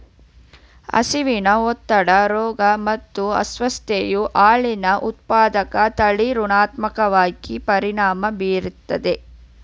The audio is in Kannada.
ಹಸಿವಿನ ಒತ್ತಡ ರೋಗ ಮತ್ತು ಅಸ್ವಸ್ಥತೆಯು ಹಾಲಿನ ಉತ್ಪಾದಕತೆಲಿ ಋಣಾತ್ಮಕವಾಗಿ ಪರಿಣಾಮ ಬೀರ್ತದೆ